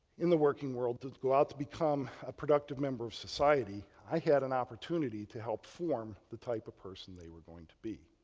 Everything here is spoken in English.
in the working world to go out to become a productive member of society, i had an opportunity to help form the type of person they were going to be.